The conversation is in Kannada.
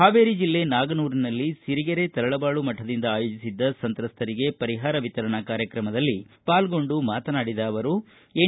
ಹಾವೇರಿ ಜಿಲ್ಲೆ ನಾಗನೂರಿನಲ್ಲಿ ಸಿರಿಗೆರೆ ತರಳುಬಾಳು ಮಕದಿಂದ ಆಯೋಜಿಸಿದ್ದ ಸಂತ್ರಸ್ತರಿಗೆ ಪರಿಹಾರ ವಿತರಣಾ ಕಾರ್ಯಕ್ರಮದಲ್ಲಿ ಪಾಲ್ಗೊಂಡು ಮಾತನಾಡಿದ ಅವರು ಎನ್